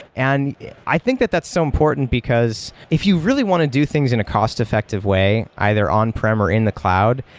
and i think that that's so important, because if you really want to do things in a cost-effective way either on-prem or in the cloud,